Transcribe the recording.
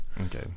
Okay